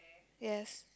yes